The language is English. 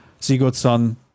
Sigurdsson